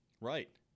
Right